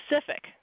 specific